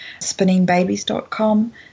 spinningbabies.com